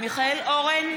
מיכאל אורן,